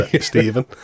Stephen